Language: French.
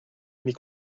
mes